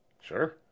Sure